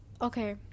Okay